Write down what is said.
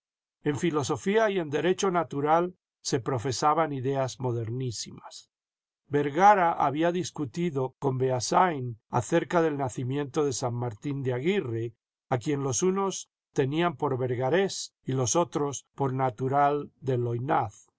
en filosofía y en derecho natural se profesaban ideas modernísimas vergara había discutido con beasaín acerca del nacimiento de san martín de aguirre a quien los unos tenían por vergarés y los otros por natural de loynaz